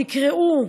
תקראו,